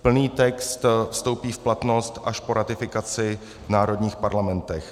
Plný text vstoupí v platnost až po ratifikaci v národních parlamentech.